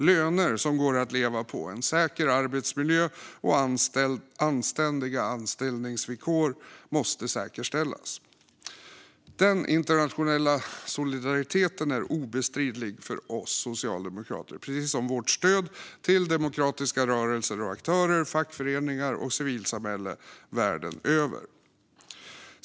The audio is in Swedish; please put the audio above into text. Löner som går att leva på, säker arbetsmiljö och anständiga anställningsvillkor måste säkerställas. Den internationella solidariteten är obestridlig för oss socialdemokrater, precis som vårt stöd till demokratiska rörelser och aktörer, fackföreningar och civilsamhällen världen över.